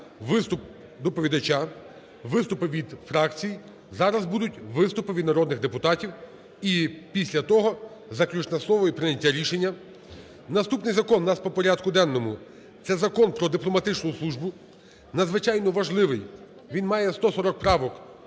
виступ доповідача, виступи від фракцій. Зараз будуть виступи від народних депутатів і після того заключне слово і прийняття рішення. Наступний закон у нас по порядку денному – це Закон про дипломатичну службу, надзвичайно важливий. Він має 140 правок,